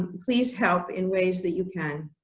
and please help in ways that you can.